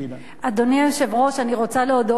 אדוני היושב-ראש, אני רוצה להודות לך.